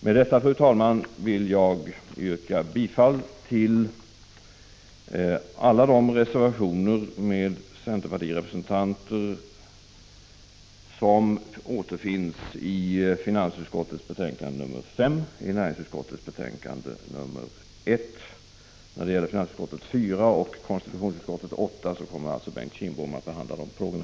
Med detta, fru talman, vill jag yrka bifall till alla de reservationer underskrivna av centerpartirepresentanter som återfinns i finansutskottets betänkande 5 och näringsutskottets betänkande 1. När det gäller finansutskottets betänkande 4 och konstitutionsutskottets betänkande 8 kommer Bengt Kindbom att ta upp de aktuella frågorna.